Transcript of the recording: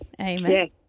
Amen